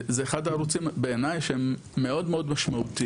זה אחד הערוצים בעיני שהם מאוד מאוד משמעותיים.